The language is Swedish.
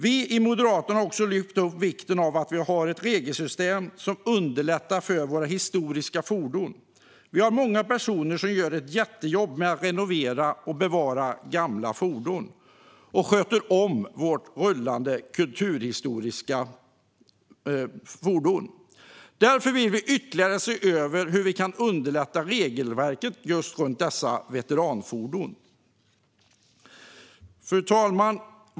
Vi i Moderaterna har också lyft upp vikten av att vi har ett regelsystem som underlättar för våra historiska fordon. Vi har många personer som gör ett jättejobb med att renovera och bevara gamla fordon och som sköter om våra rullande kulturhistoriska fordon. Därför vill vi ytterligare se över hur vi kan underlätta när det gäller regelverket just runt dessa veteranfordon. Fru talman!